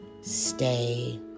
Stay